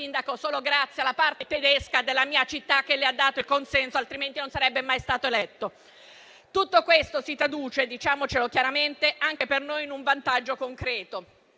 solo grazie alla parte tedesca della mia città che le ha dato il consenso, altrimenti non sarebbe mai stato eletto. Tutto questo si traduce - diciamocelo chiaramente - anche per noi in un vantaggio concreto,